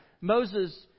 Moses